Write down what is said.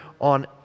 on